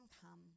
come